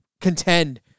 contend